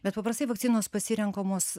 bet paprastai vakcinos pasirenkamos